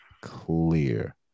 clear